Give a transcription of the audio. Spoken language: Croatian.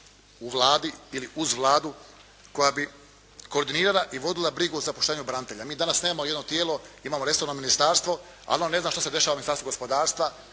u Vladi ili uz Vladu koja bi koordinirala i vodila brigu o zapošljavanju branitelja. Mi danas nemamo jedno tijelo. Imamo resorno ministarstvo, ali ono ne zna što se dešava u Ministarstvu gospodarstva,